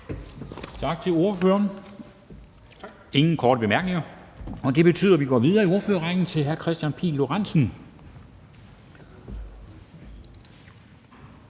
Tak til ordføreren. Der er ingen korte bemærkninger, og det betyder, at vi går videre i ordførerrækken til hr. Kristian Pihl Lorentzen,